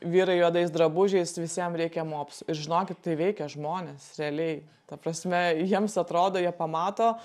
vyrai juodais drabužiais visiem reikia mopsų ir žinokit tai veikia žmones realiai ta prasme jiems atrodo jie pamato